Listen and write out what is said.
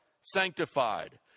sanctified